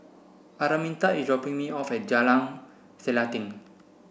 Araminta is dropping me off at Jalan Selanting